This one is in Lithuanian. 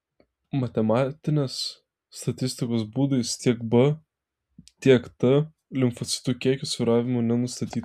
matematinės statistikos būdais tiek b tiek t limfocitų kiekio svyravimų nenustatyta